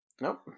Nope